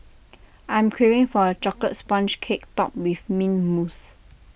I am craving for A Chocolate Sponge Cake Topped with Mint Mousse